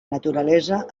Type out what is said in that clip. naturalesa